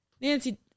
Nancy